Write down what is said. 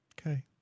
Okay